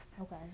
Okay